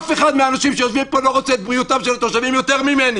אף אחד מהאנשים שיושבים פה לא רוצה את בריאותם של התושבים יותר ממני,